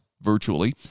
virtually